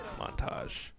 montage